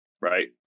Right